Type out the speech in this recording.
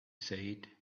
said